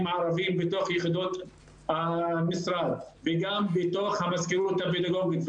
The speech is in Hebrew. ערבים בתוך יחידות המשרד ובתוך המזכירות הפדגוגית.